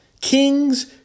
Kings